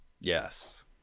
Yes